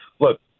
Look